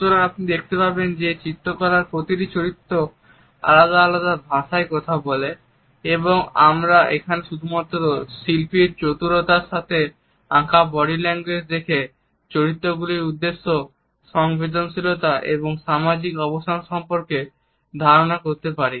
সুতরাং আপনি দেখতে পাবেন যে এই চিত্রকলার প্রতিটি চরিত্র আলাদা আলাদা ভাষায় কথা বলে এবং আমরা এখানে শুধুমাত্র শিল্পীর চতুরতার সাথে আঁকা বডি ল্যাঙ্গুয়েজ দেখে চরিত্র গুলির উদ্দেশ্য সংবেদনশীলতা এবং সামাজিক অবস্থান সম্বন্ধে ধারণা করতে পারি